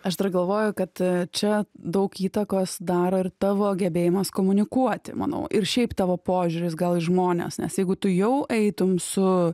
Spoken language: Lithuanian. aš dar galvoju kad čia daug įtakos daro ir tavo gebėjimas komunikuoti manau ir šiaip tavo požiūris gal į žmones nes jeigu tu jau eitum su